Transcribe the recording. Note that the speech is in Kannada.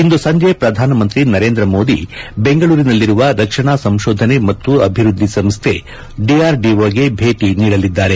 ಇಂದು ಸಂಜೆ ಪ್ರಧಾನಮಂತ್ರಿ ನರೇಂದ್ರ ಮೋದಿ ಬೆಂಗಳೂರಿನಲ್ಲಿರುವ ರಕ್ಷಣಾ ಸಂಶೋಧನೆ ಮತ್ತು ಅಭಿವೃದ್ದಿ ಸಂಸ್ದೆ ಡಿಆರ್ಡಿಒಗೆ ಭೇಟಿ ನೀಡಲಿದ್ದಾರೆ